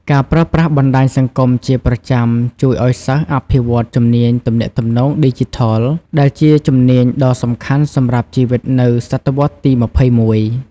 ការប្រើប្រាស់បណ្ដាញសង្គមជាប្រចាំជួយឱ្យសិស្សអភិវឌ្ឍជំនាញទំនាក់ទំនងឌីជីថល ដែលជាជំនាញដ៏សំខាន់សម្រាប់ជីវិតនៅសតវត្សរ៍ទី ២១។